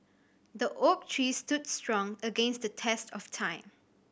the oak tree stood strong against the test of time